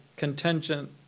contingent